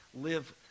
live